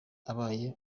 abaye